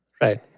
Right